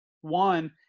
one